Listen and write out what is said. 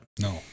No